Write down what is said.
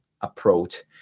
approach